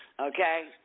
Okay